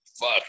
fuck